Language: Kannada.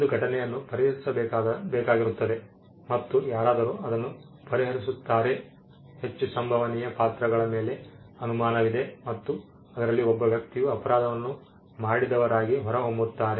ಒಂದು ಘಟನೆಯನ್ನು ಪರಿಹರಿಸಬೇಕಾಗಿರುತ್ತದೆ ಮತ್ತು ಯಾರಾದರೂ ಅದನ್ನು ಪರಿಹರಿಸುತ್ತಾರೆ ಹೆಚ್ಚು ಸಂಭವನೀಯ ಪಾತ್ರಗಳ ಮೇಲೆ ಅನುಮಾನವಿದೆ ಮತ್ತು ಅದರಲ್ಲಿ ಒಬ್ಬ ವ್ಯಕ್ತಿಯು ಅಪರಾಧವನ್ನು ಮಾಡಿದವರಾಗಿ ಹೊರಹೊಮ್ಮುತ್ತಾರೆ